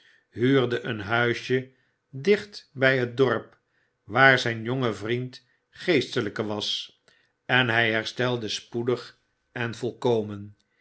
huurde een huisje dicht bij het dorp waar rijn jonge vriend geestelijke was en hij herstelde spoedig en volkomen